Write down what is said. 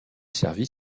servit